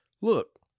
Look